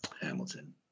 Hamilton